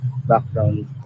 background